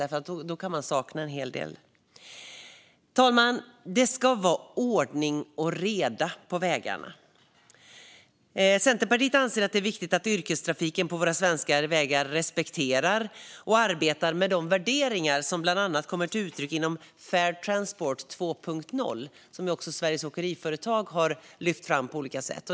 I så fall skulle man sakna en hel del. Fru talman! Det ska vara ordning och reda på vägarna. Centerpartiet anser att det är viktigt att yrkestrafiken på våra svenska vägar respekterar och arbetar med de värderingar som bland annat kommer till uttryck inom Fair Transport 2.0, som Sveriges Åkeriföretag har lyft fram på olika sätt.